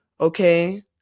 Okay